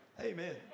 Amen